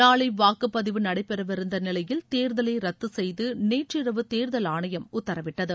நாளை வாக்குப்பதிவு நடைபெறவிருந்த நிலையில் தேர்தலை ரத்து செய்து நேற்றிரவு தேர்தல் ஆணையம் உத்தரவிட்டது